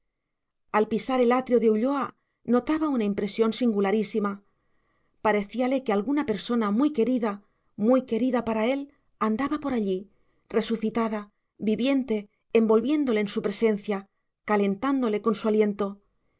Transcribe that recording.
al pisar el atrio de ulloa notaba una impresión singularísima parecíale que alguna persona muy querida muy querida para él andaba por allí resucitada viviente envolviéndole en su presencia calentándole con su aliento